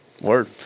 Word